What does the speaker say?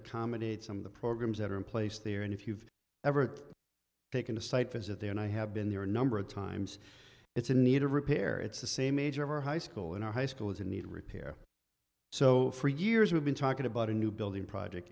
accommodate some of the programs that are in place there and if you've ever taken a site visit there and i have been there a number of times it's in need of repair it's the same age over high school and our high school is in need of repair so for years we've been talking about a new building project